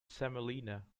semolina